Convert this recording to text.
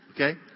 okay